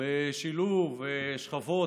בשילוב שכבות